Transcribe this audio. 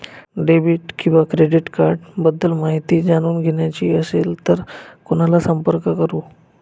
Debit किंवा credit cards बद्दल माहिती जाणून घ्यायची असेल तर कोणाला संपर्क करु?